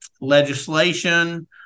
legislation